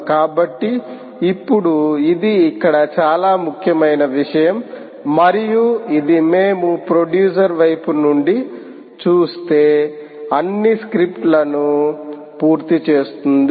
కాబట్టి ఇప్పుడు ఇది ఇక్కడ చాలా ముఖ్యమైన విషయం మరియు ఇది మేము ప్రొడ్యూసర్ వైపు నుండి చూస్తే అన్ని స్క్రిప్ట్ లను పూర్తి చేస్తుంది